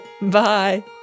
bye